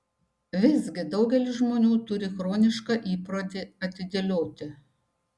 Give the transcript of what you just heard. visgi daugelis žmonių turį chronišką įprotį atidėlioti